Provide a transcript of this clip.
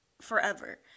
forever